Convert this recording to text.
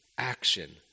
action